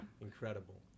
Incredible